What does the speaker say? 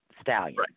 stallion